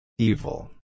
Evil